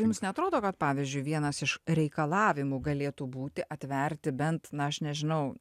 jums neatrodo kad pavyzdžiui vienas iš reikalavimų galėtų būti atverti bent na aš nežinau